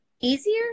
Easier